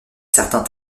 certain